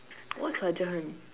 what sergeant